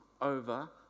over